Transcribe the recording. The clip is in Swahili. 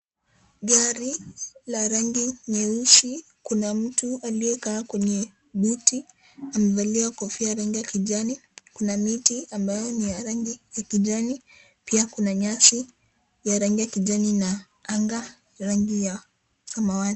Gari la rangi nyeusi, kuna mtu aliyekaa kwenye buti amevalia kofia rangi ya kijani. Kuna miti ambayo ni ya rangi ya kijani pia kuna nyasi ya rangi ya kijani na anga rangi ya samawati.